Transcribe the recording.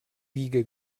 wiege